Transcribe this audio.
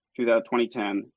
2010